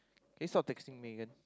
can you stop texting Megan